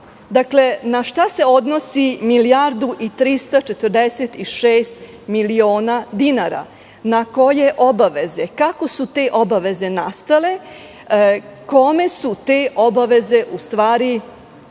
Dakle, na šta se odnosi milijardu i 346 miliona dinara? Na koje obaveze? Kako su te obaveze nastale? Kome su te obaveze u stvari obećane